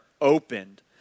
opened